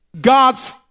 God's